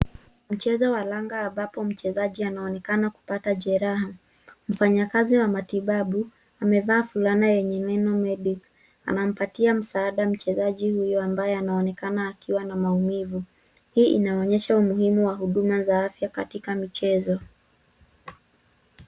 Mchezo wa raga ambapo mchezaji ambapo mchezaji anaonekana kupata jereha. Mfanyikazi wa matibabu amevaa fulana yenye neno MEDIC.Anampatia msaada mchezaji huyo ambaye anaonekana akiwa na maumivu. Hii inaonyesha umuhimu wa huduma za afya katika michezo.